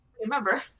Remember